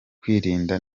kwirinda